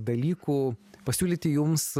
dalykų pasiūlyti jums